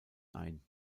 ein